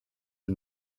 you